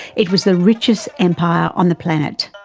it was the richest empire on the planet.